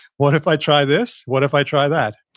what if i try this? what if i try that?